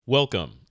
Welcome